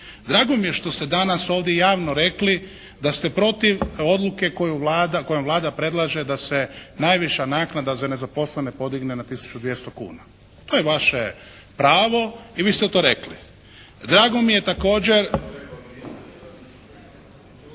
Drago mi je što ste danas ovdje javno rekli da ste protiv odluke koju Vlada, kojom Vlada predlaže da se najviša naknada za nezaposlene podigne na 1200 kuna. To je vaše pravo i vi ste to rekli. Drago mi je također